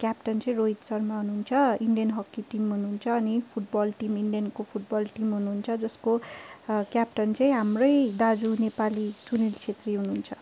captain चाहिँ रोहित शर्मा हुनुहुन्छ Indian hockey team हुनुहुन्छ अनि फुटबल टिम हुनुहुन्छ इन्डियनको फुटबल टिम हुनुहुन्छ अनि त्यसको क्याप्टन चाहिँ हाम्रै दाजु नेपाली सुनिल क्षेत्री हुनुहुन्छ